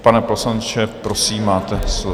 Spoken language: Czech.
Pane poslanče, prosím, máte slovo.